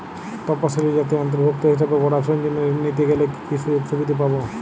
তফসিলি জাতির অন্তর্ভুক্ত হিসাবে পড়াশুনার জন্য ঋণ নিতে গেলে কী কী সুযোগ সুবিধে পাব?